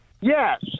Yes